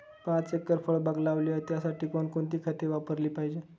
पाच एकर फळबाग लावली आहे, त्यासाठी कोणकोणती खते वापरली पाहिजे?